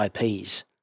IPs